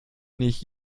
nicht